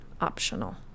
optional